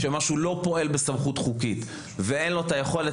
כשמשהו לא פועל בסמכות חוקית ואין לו את היכולת